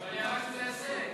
אבל היא אמרה שזה הישג.